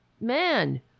man